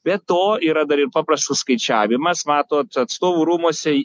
be to yra dar ir paprastas skaičiavimas matot atstovų rūmuose